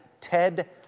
Ted